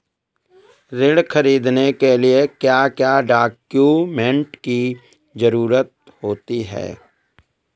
ऋण ख़रीदने के लिए क्या क्या डॉक्यूमेंट की ज़रुरत होती है?